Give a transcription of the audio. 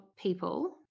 people